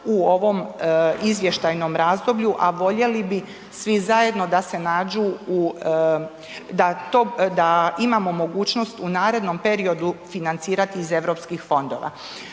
u ovom izvještajnom razdoblju, a voljeli bi svi zajedno da se nađu u, da imamo mogućnost u narednom periodu financirati iz Europskih fondova.